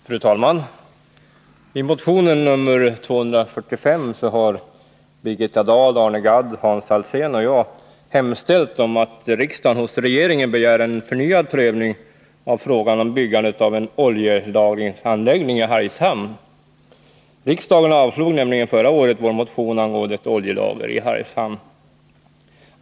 Fru talman! I motionen 245 har Birgitta Dahl, Arne Gadd, Hans Alsén och jag hemställt att riksdagen hos regeringen skall begära en förnyad prövning av frågan om byggandet av en oljelagringsanläggning i Hargshamn. Riksdagen avslog nämligen förra året vår motion angående ett oljelager i Hargshamn.